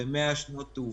ב-100 שנות תעופה.